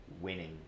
winning